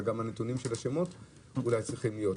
גם אולי הנתונים של השמות צריכים להיות,